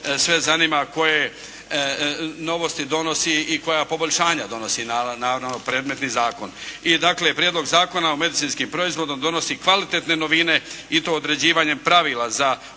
sve zanima koje novosti donosi i koja poboljšanja donosi na predmetni zakon. I dakle, Prijedlog zakona o medicinskim proizvodom donosi kvalitetne novine i to određivanjem pravila za osiguranje